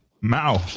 mao